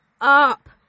up